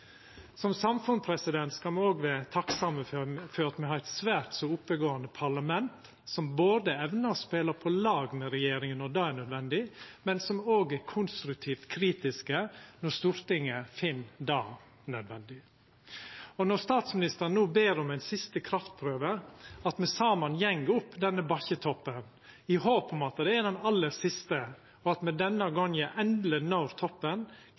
Som samfunn kan me òg vera takksame for at me har eit svært så oppegåande parlament, som både evnar å spela på lag med regjeringa når det er nødvendig, og er konstruktivt kritiske når Stortinget finn det nødvendig. Når statsministeren no ber om ein siste kraftprøve, at me saman går opp denne bakken i håp om at det er den aller siste, og at me denne gongen endeleg når toppen,